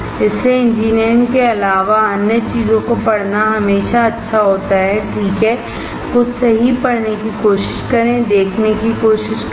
इसलिए इंजीनियरिंग के अलावा अन्य चीजों को पढ़ना हमेशा अच्छा होता है ठीक है कुछ सही पढ़ने की कोशिश करें देखने की कोशिश करें